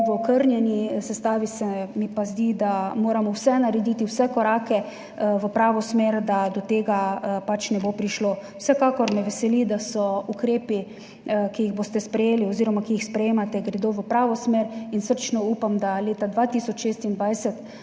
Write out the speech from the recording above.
v okrnjeni sestavi, se mi pa zdi, da moramo vse narediti, vse korake, v pravo smer, da do tega pač ne bo prišlo. Vsekakor me veseli, da ukrepi, ki jih boste sprejeli oziroma, ki jih sprejemate, gredo v pravo smer, in srčno upam, da leta 2026